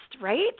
right